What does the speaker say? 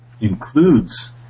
includes